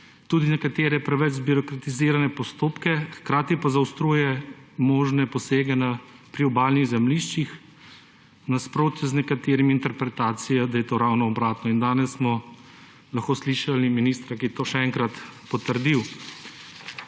tudi nekatere preveč zbirokratizirane postopke, hkrati pa zaostruje možne posege na priobalnih zemljiščih, v nasprotju z nekaterimi interpretacijami, da je to ravno obratno, in danes smo lahko slišali ministra, ki je to še enkrat potrdil.